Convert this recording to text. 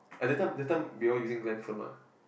at that time that time we all using Glen phone mah